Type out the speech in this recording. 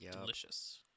delicious